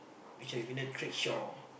beca you mean the trickshaw